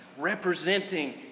representing